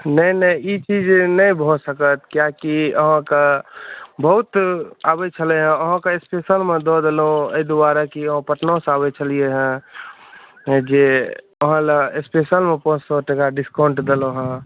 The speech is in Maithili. नहि नहि ई चीज नहि भऽ सकत किएकि अहाँके बहुत आबै छलै हे अहाँके स्पेशलमे दय देलहुॅं एहि दुआरे कि अहाँ पटना सॅं आबै छलियै हैं तऽ जे अहाँ लय स्पेशलमे पाँच सए डिस्काउंट देलहुॅं हैं